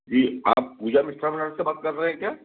जी आप पूजा मिष्ठान से बात कर रहे हैं क्या